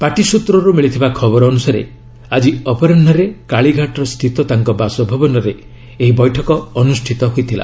party ସ୍ୱତ୍ରରୁ ମିଳିଥିବା ଖବର ଅନୁସାରେ ଆଜି ଅପରାହୁରେ କାଳିଘାଟସ୍ଥିତ ତାଙ୍କ ବାସଭବନରେ ଏହି ବୈଠକ ଅନୁଷ୍ଠିତ ହୋଇଥିଲା